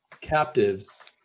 captives